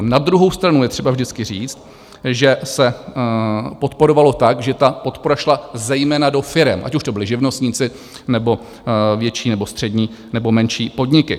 Na druhou stranu je třeba vždycky říct, že se podporovalo tak, že ta podpora šla zejména do firem, ať už to byli živnostníci, nebo větší nebo střední nebo menší podniky.